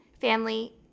family